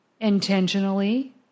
intentionally